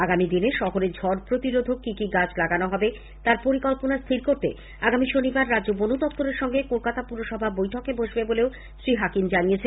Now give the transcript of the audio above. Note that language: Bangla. আগামী দিনে শহরে ঝড় প্রতিরোধক কি কি গাছ লাগানো হবে তার পরিকল্পনা স্থির করতে আগামী শনিবার রাজ্য বনদপ্তরের সঙ্গে কলকাতা পুরসভা বৈঠকে বসবে বলে হাকিম জানিয়েছেন